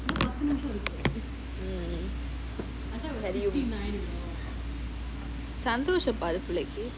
mm சந்தோஷம் பயபுள்ளைக்கி:sandosham payapullaikki